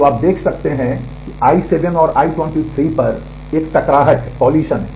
तो आप देख सकते हैं कि I7 और I23 पर एक टकराहट है